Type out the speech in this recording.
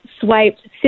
swiped